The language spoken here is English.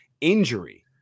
injury